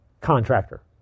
contractor